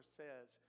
says